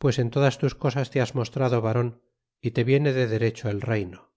pues en todas tus cosas te has mostrado varon y te viene de derecho el reyno